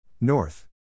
North